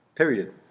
period